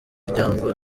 miryango